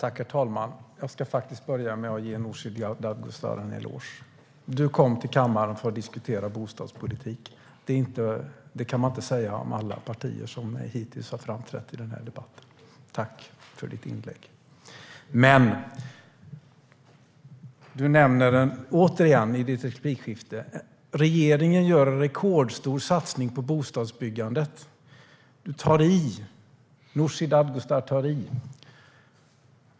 Herr talman! Jag ska börja med att ge Nooshi Dadgostar en eloge. Du kom till kammaren för att diskutera bostadspolitik. Det kan man inte säga om alla partier som hittills har framträtt i debatten. Tack för ditt inlägg! Du säger återigen i ditt replikskifte att regeringen gör en rekordstor satsning på bostadsbyggandet. Nooshi Dadgostar tar i.